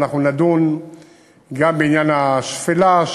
ואנחנו נדון גם בעניין השפלה,